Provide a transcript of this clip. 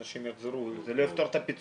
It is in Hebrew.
אנשים יחזרו זה לא יפתור את הפיצויים.